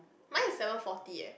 mine is seven forty eh